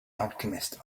alchemist